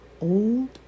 Old